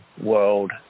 world